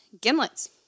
gimlets